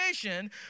creation